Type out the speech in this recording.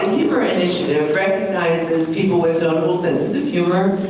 and humor initiative recognizes people with ah real senses of humor.